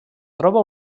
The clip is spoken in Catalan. troba